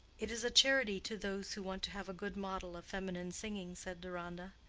it is a charity to those who want to have a good model of feminine singing, said deronda.